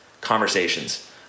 conversations